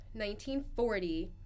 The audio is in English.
1940